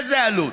איזו עלות?